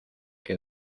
que